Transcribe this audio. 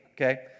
okay